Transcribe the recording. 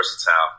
versatile